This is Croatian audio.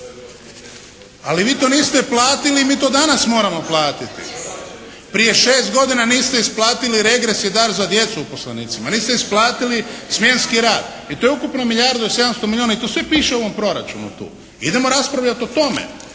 Ali vi to niste platili i mi to danas moramo platiti. Prije 6 godina niste isplatili regres i dar za djecu uposlenicima. Niste isplatili smjenski rad i to je ukupno milijardu i 700 milijuna i to sve piše u ovom proračunu tu. Idemo raspravljati o tome.